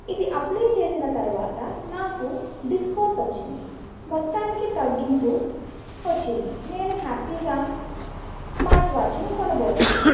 ఇది అప్లయ్ చేసిన తర్వాత నాకు డిస్కౌంట్ వచ్చింది మొత్తానికి తగ్గింపు వచ్చింది నేను హ్యాపీగా స్మార్ట్ వాచ్ను కొనబోతున్నాను